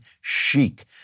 chic